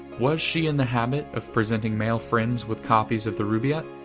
was she in the habit of presenting men friends with copies of the rubaiyat,